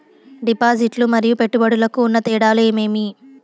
డిపాజిట్లు లు మరియు పెట్టుబడులకు ఉన్న తేడాలు ఏమేమీ?